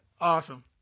Awesome